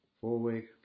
four-week